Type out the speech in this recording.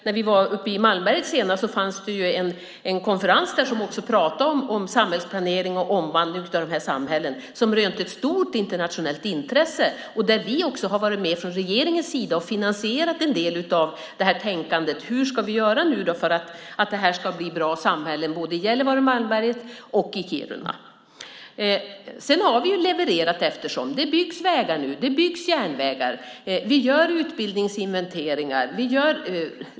När vi var uppe i Malmberget senast hölls en konferens där, där man pratade om samhällsplanering och omvandling av de här samhällena. Den rönte stort internationellt intresse. Vi har också varit med från regeringens sida och finansierat en del av tänkandet: Hur ska vi göra för att det här ska bli bra samhällen? Det gäller såväl Gällivare och Malmberget som Kiruna. Vi har levererat allteftersom. Det byggs vägar nu. Det byggs järnvägar. Vi gör utbildningsinventeringar.